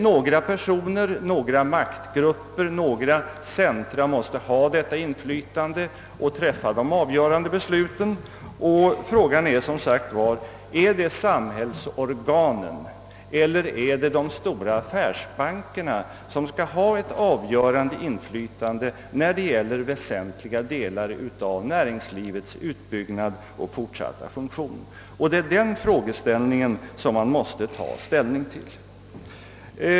Några personer, några maktgrupper, några centra måste ha detta inflytande och träffa de avgörande besluten, Frågan är som sagt om det är samhällsorganen eller om det är de stora affärsbankerna som skall ha ett avgörande inflytande när det gäller väsentliga delar av näringslivets utbyggnad och fortsatta funktion. Det är denna fråga som man måste ta ställning till.